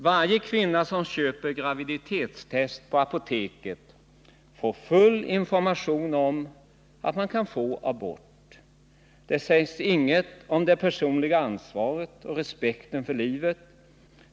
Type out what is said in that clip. Varje kvinna som köper graviditetstest på apoteket får full information om att man kan få abort. Det sägs inget om det personliga ansvaret och om respekten för livet.